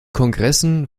kongressen